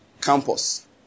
campus